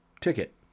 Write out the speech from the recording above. ticket